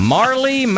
Marley